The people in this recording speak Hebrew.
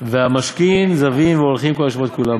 והמשקין זבין והולכין כל השבת כולה.